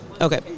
Okay